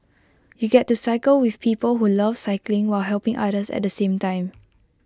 you get to cycle with people who love cycling while helping others at the same time